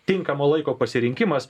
tinkamo laiko pasirinkimas